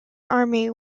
army